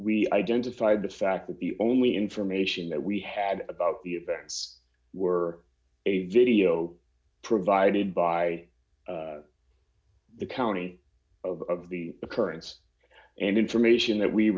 we identified the fact that the only information that we had about the events were a video provided by the county of the occurrence and information that we